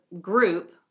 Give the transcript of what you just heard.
group